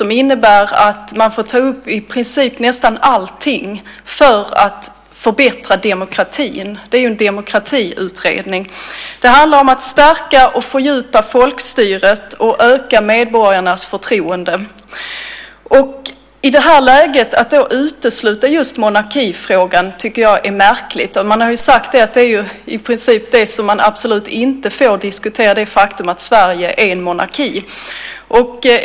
Man får ta upp nästan allting för att förbättra demokratin; det är ju en demokratiutredning. Det handlar om att stärka och fördjupa folkstyret och öka medborgarnas förtroende. Att i det här läget utesluta just monarkifrågan tycker jag är märkligt. Man har sagt att man i princip inte får diskutera det faktum att Sverige är en monarki.